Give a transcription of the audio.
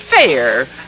fair